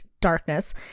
darkness